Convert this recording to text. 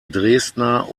dresdner